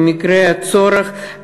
במקרה הצורך,